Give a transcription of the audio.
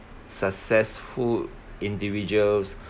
successful individuals